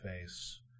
face